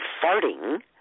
farting